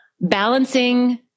Balancing